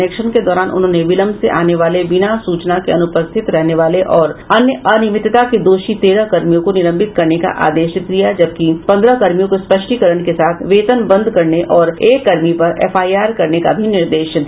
निरीक्षण के दौरान उन्होंने विलंब से आने वाले बिना सूचना के अनुपस्थित रहने वाले और अन्य अनियमितता के दोषी तेरह कर्मियों को निलंबित करने का आदेश दिया जबकि पन्द्रह कर्मियों को स्पष्टीकरण के साथ वेतन बंद करने और एक कर्मी पर एफआईआर करने का भी निर्देश दिया